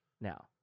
now